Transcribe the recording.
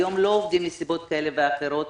היום לא עובדים מסיבות כאלה ואחרות,